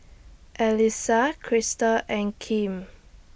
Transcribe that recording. Elissa Krystal and Kim